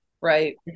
right